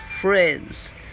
friends